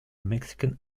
mexican